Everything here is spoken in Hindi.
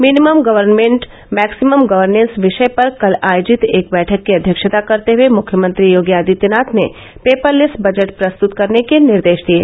मिनिमम गवर्नमेंट मैक्सिमम गदनेंस विषय पर कल आयोजित एक बैठक की अध्यक्षता करते हये मुख्यमंत्री योगी आदित्यनाथ ने पेपरलेस बजट प्रस्तुत करने के निर्देश दिये